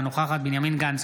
אינה נוכחת בנימין גנץ,